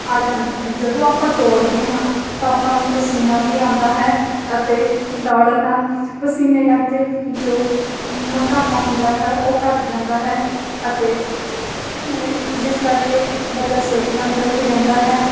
ਆ ਜਾਂਦੀ ਹੈ ਜਦੋਂ ਆਪਾਂ ਦੌੜਦੇ ਹਾਂ ਤਾਂ ਆਪਾਂ ਨੂੰ ਪਸੀਨਾ ਵੀ ਆਉਂਦਾ ਹੈ ਅਤੇ ਦੌੜਨ ਨਾਲ ਪਸੀਨੇ ਕਰਕੇ ਜੋ ਮੋਟਾਪਾ ਹੁੰਦਾ ਹੈ ਉਹ ਘੱਟ ਜਾਂਦਾ ਹੈ ਅਤੇ ਜਿਸ ਕਰਕੇ ਬੱਚਾ ਸਿਹਤਮੰਦ ਵੀ ਰਹਿੰਦਾ ਹੈ